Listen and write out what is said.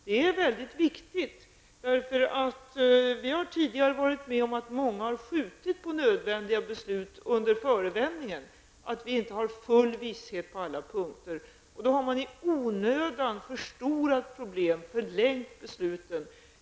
Det är väldigt viktigt, därför att vi har tidigare varit med om att man har skjutit på nödvändiga beslut under förevändning att vi inte har full visshet på alla punkter. Då har man i onödan förstorat problemen och fördröjt besluten.